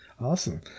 Awesome